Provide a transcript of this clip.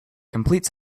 complete